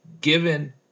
given